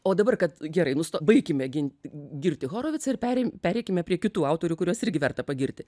o dabar kad gerai nusto baikime ginti girti horovicą ir perei pereikime prie kitų autorių kuriuos irgi verta pagirti